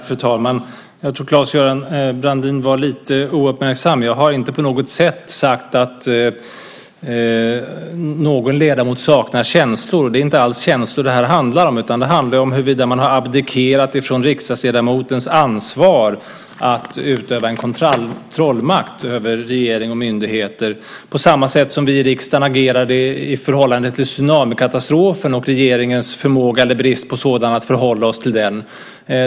Fru talman! Jag tror att Claes-Göran Brandin var lite ouppmärksam. Jag har inte på något sätt sagt att någon ledamot saknar känslor. Det är inte alls känslor som det här handlar om, utan det handlar om huruvida man har abdikerat från riksdagsledamotens ansvar för att utöva en kontrollmakt över regering och myndigheter. Det är samma sak som när vi i riksdagen agerade i förhållande till tsunamikatastrofen och regeringens förmåga, eller brist på sådan, att förhålla sig till den.